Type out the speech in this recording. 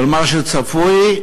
ומה שצפוי,